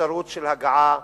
אפשרות של הגעה